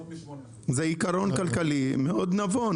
זה עיקרון כלכלי מאוד נבון,